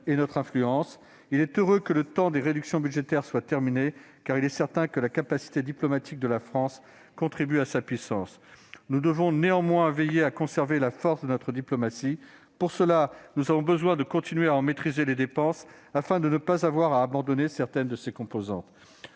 et notre influence. Il est heureux que le temps des réductions budgétaires soit terminé, car il est certain que la capacité diplomatique de la France contribue à sa puissance. Nous devons néanmoins veiller à conserver la force de notre diplomatie. Pour ce faire, nous aurons besoin de continuer à en maîtriser les dépenses, afin de ne pas avoir à abandonner certaines de ses composantes.